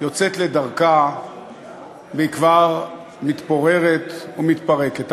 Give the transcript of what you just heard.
יוצאת לדרכה היא כבר מתפוררת ומתפרקת.